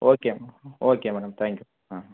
okay மே okay madam thank you ஆ